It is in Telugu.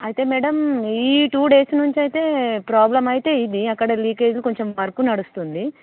అయితే మ్యాడమ్ ఈ టూ డేస్ నుంచి అయితే ప్రాబ్లమ్ అయితే ఇది అక్కడ లీకేజ్ కొంచం వర్క్ నడుస్తుంది